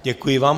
Děkuji vám.